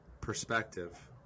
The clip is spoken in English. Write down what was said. perspective